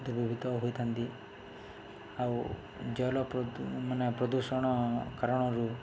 ହୋଇଥାନ୍ତି ଆଉ ଜଲ ମାନେ ପ୍ରଦୂଷଣ କାରଣରୁ